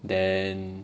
then